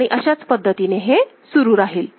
आणि अशाच पद्धतीने हे सुरू राहील